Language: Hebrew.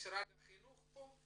יש נציג של משרד החינוך פה?